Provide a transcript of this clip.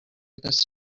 this